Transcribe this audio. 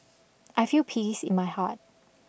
I feel peace in my heart